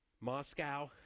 Moscow